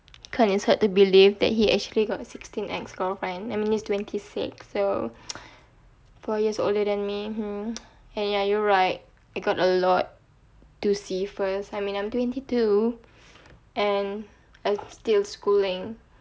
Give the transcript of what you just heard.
kan it's hard to believe that he actually got sixteen ex girlfriend I mean he is twenty six so four years older than me hmm and ya you're right I got a lot to see first I mean I'm twenty two and I'm still schooling